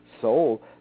soul